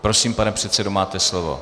Prosím, pane předsedo, máte slovo.